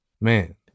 man